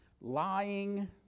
Lying